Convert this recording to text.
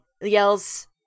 yells